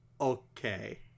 okay